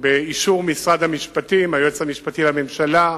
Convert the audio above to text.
באישור משרד המשפטים, היועץ המשפטי לממשלה,